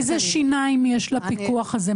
איזה שיניים יש לפיקוח הזה?